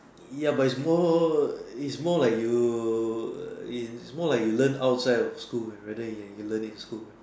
ya but its more it's more like you err it's more like you learn outside of school rather than you learn in school